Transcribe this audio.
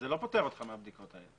זה לא פוטר אותך מהבדיקות האלה.